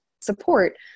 support